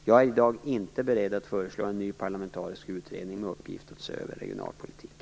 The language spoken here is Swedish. Jag är i dag inte beredd att föreslå en ny parlamentarisk utredning med uppgift att se över regionalpolitiken.